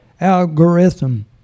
algorithm